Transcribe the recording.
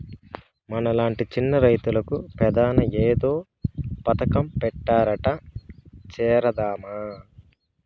మనలాంటి చిన్న రైతులకు పెదాని ఏదో పథకం పెట్టారట చేరదామా